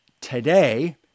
today